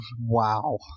Wow